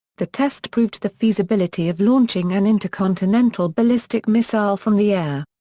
the test proved the feasibility of launching an intercontinental ballistic missile from the air.